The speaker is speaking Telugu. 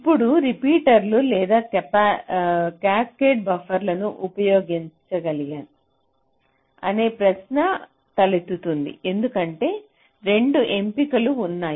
ఇప్పుడు రిపీటర్లు లేదా క్యాస్కేడ్ బఫర్లను ఉపయోగించాలా అనే ప్రశ్న తలెత్తుతుంది ఎందుకంటే రెండు ఎంపికలు ఉన్నాయి